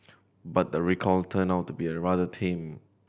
but the recoil turned out to be a rather tame